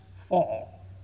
fall